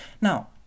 Now